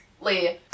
Lee